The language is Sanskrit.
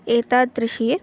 एतादृशी